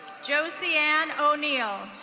josie anne o'neill.